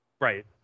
Right